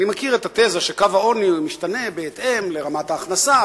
אני מכיר את התזה שקו העוני משתנה בהתאם לרמת ההכנסה,